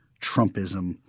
Trumpism